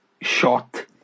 shot